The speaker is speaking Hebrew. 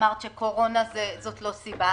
שאמרת שקורונה זאת לא סיבה.